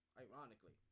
Ironically